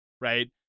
right